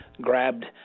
grabbed